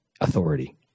authority